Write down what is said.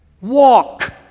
walk